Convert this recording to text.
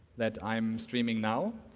that i am streaming now,